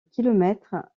kilomètres